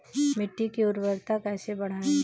मिट्टी की उर्वरता कैसे बढ़ाएँ?